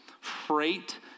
freight